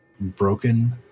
Broken